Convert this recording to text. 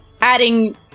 adding